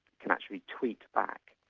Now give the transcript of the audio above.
can actually tweet back.